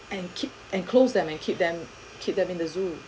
and keep enclose them and keep them keep them in the zoo